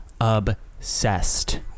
obsessed